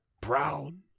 brown